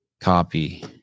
Copy